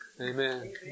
Amen